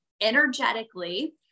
energetically